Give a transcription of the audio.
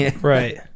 right